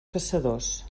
caçadors